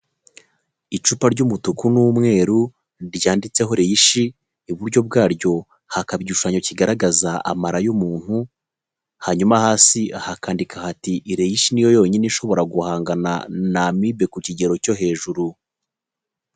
Icupa ry'umutuku n'umweru ryanditseho reyishi, iburyo bwaryo hakaba igishushanyo kigaragaza amara y'umuntu, hanyuma hasi hakandika hati: "reyishi niyo yonyine ishobora guhangana na amibe ku kigero cyo hejuru".